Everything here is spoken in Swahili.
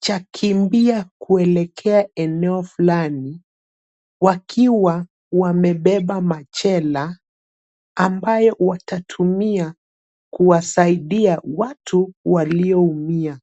cha kimbia kuelekea eneo fulani, wakiwa wamebeba machela ambayo watatumia kuwasaidia watu walioumia.